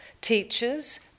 teachers